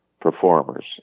performers